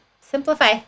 Simplify